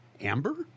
Amber